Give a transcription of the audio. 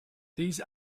these